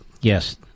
Yes